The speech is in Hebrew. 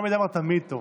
חמד עמאר תמיד טוב.